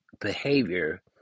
behavior